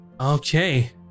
Okay